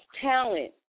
talent